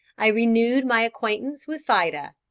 i renewed my acquaintance with fida,